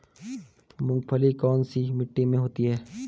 मूंगफली कौन सी मिट्टी में होती है?